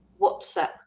whatsapp